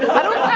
i don't